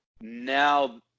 Now